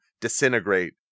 disintegrate